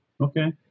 Okay